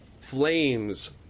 Flames